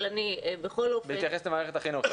אבל אני בכל אופן --- בהתייחס ל מערכת החינוך,